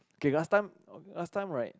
okay last time last time right